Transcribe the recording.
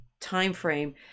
timeframe